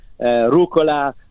rucola